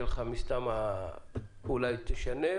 אולי תשנה,